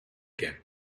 again